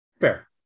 Fair